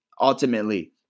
ultimately